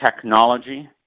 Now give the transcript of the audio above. technology